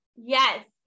Yes